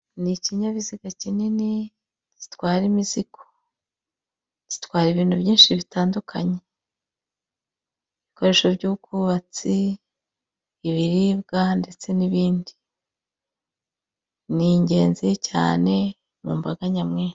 Ni ikinyabiziga kinini gitwara imizigo zitwara ibintu byinshi bitandukanye ibikoresho by'ubwubatsi ibiribwa ndetse n'indi ni ingenzi cyane mu mbaga nyamwinshi.